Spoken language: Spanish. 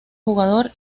jugador